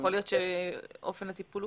יכול להיות שאופן הטיפול הוא